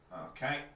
Okay